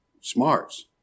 smarts